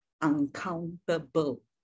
uncountable